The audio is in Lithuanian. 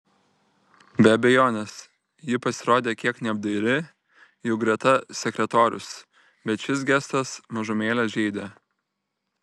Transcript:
be abejonės ji pasirodė kiek neapdairi juk greta sekretorius bet šis gestas mažumėlę žeidė